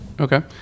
Okay